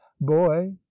boy